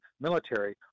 military